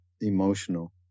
emotional